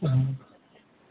अँ